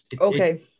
Okay